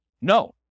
No